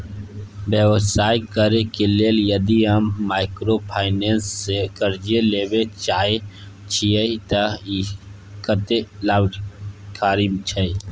व्यवसाय करे के लेल यदि हम माइक्रोफाइनेंस स कर्ज लेबे चाहे छिये त इ कत्ते लाभकारी छै?